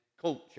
culture